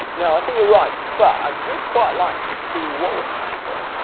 now i think you're right, but i would quite like to see what would happen,